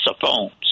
phones